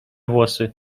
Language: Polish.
włosy